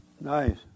Nice